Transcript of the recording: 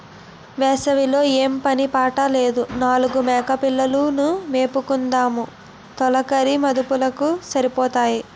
వేసవి లో ఏం పని పాట లేదు నాలుగు మేకపిల్లలు ను మేపుకుందుము తొలకరి మదుపులకు సరిపోతాయి